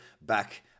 back